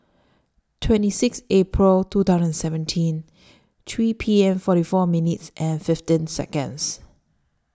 twenty six April two thousand and seventeen three P M forty four minutes and fifteen Seconds